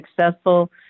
successful